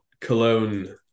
Cologne